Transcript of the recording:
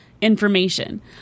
information